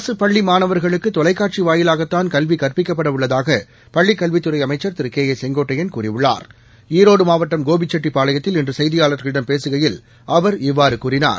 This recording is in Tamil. அரசுபள்ளிமாணவா்களுக்குதொலைக்காட்சிவாயிலாகத்தான் கல்விகற்பிக்கப்படஉள்ளதாகபள்ளிக் கல்வித்துறைஅமைச்சர் திருகே ஏ செங்கோட்டையன் கூறியுள்ளார் ரோடுமாவட்டம் கோபிச்செட்டிப்பாளையத்தில் இன்றுசெய்தியாளர்களிடம் பேசுகையில் அவர் இவ்வாறுகூறினார்